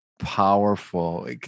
powerful